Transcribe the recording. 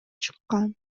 чыккан